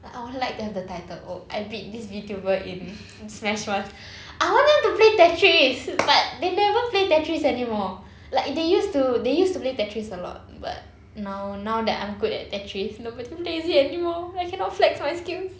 like I would like to have the title oh I beat this VTuber in Smash once I want to play Tetris but they never play Tetris anymore like they used to they used to play Tetris a lot but now now that I'm good at Tetris nobody plays it anymore I cannot flex my skills